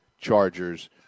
Chargers